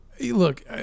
look